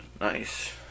nice